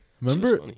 Remember